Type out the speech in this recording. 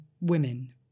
women